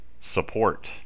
support